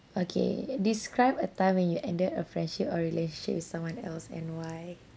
okay describe a time when you ended a friendship or relationship with someone else and why